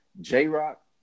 J-Rock